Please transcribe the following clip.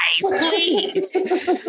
please